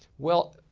well,